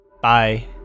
Bye